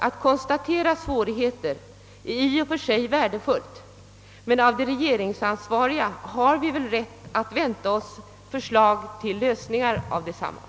Att konstatera svårigheter är i och för sig värdefullt, men av de regeringsansvariga har vi väl rätt att vänta oss förslag till lösningar av problemen.